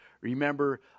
Remember